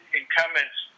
incumbents